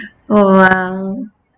oh !wow!